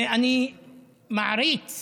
ואני מעריץ